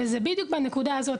ובדיוק בנקודה הזאת,